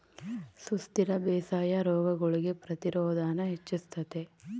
ಸುಸ್ಥಿರ ಬೇಸಾಯಾ ರೋಗಗುಳ್ಗೆ ಪ್ರತಿರೋಧಾನ ಹೆಚ್ಚಿಸ್ತತೆ